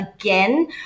again